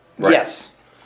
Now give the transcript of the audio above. Yes